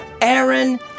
Aaron